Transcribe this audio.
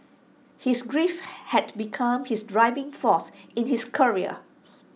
his grief had become his driving force in his career